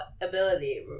ability